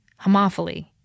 Homophily